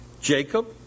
Jacob